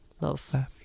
Love